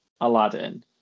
Aladdin